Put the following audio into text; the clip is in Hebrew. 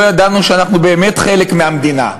לא ידענו שאנחנו באמת חלק מהמדינה,